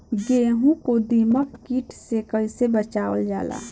गेहूँ को दिमक किट से कइसे बचावल जाला?